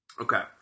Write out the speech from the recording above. Okay